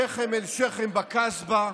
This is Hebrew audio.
שכם אל שכם, בקסבה.